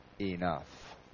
enough